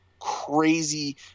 crazy